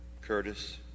Curtis